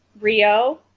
Rio